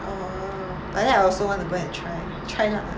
orh like that I also want to go and try try luck lah